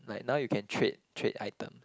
like now you can trade trade item